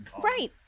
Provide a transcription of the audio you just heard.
right